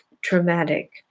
traumatic